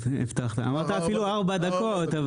אמרת אפילו ארבע דקות.